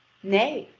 nay,